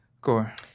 Core